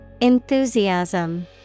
Enthusiasm